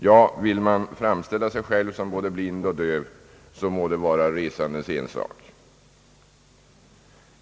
Ja, vill man framställa sig själv som både blind och döv må det vara resandens ensak.